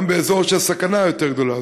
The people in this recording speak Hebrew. גם חיים באזור של סכנה יותר גדולה.